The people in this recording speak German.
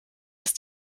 ist